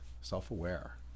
self-aware